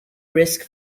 risk